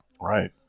Right